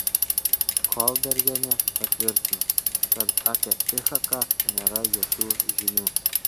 kolbergienė patvirtino kad apie ichaką nėra jokių žinių